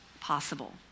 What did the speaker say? possible